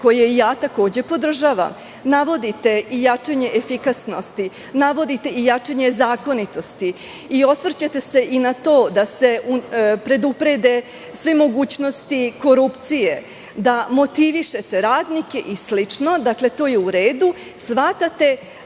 argumente koje podržavam. Navodite i jačanje efikasnosti, navodite i jačanje zakonitosti i osvrćete se na to da se preduprede sve mogućnosti korupcije, da motivišete radnike i slično. To je u redu. Shvatate obim